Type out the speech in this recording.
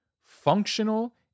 functional